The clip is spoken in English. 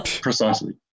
Precisely